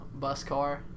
Buscar